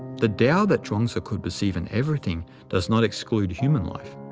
the tao that chuang-tzu could perceive in everything does not exclude human life.